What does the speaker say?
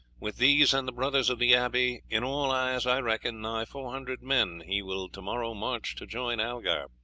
with these and the brothers of the abbey, in all, as i reckon, nigh four hundred men, he will to-morrow march to join algar.